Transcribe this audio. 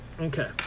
Okay